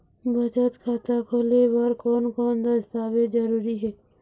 बचत खाता खोले बर कोन कोन दस्तावेज जरूरी हे?